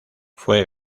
fue